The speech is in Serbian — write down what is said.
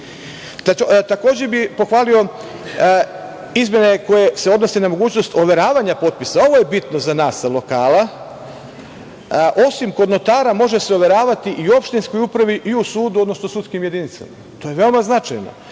način. Takođe bih pohvalio izmene koje se odnose na mogućnost overavanja potpisa. Ovo je bitno za nas sa lokala. Osim kod notara može se overavati i u opštinskoj upravi, i u sudu, odnosno sudskim jedinicama. To je veoma značajno